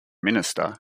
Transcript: minister